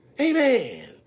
Amen